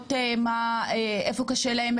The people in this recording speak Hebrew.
ואומרות איפה קשה להם,